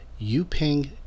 Yuping